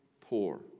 poor